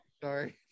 sorry